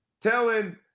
telling